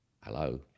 hello